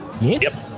Yes